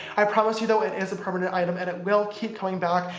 i promise you though, it is a permanent item and it will keep coming back.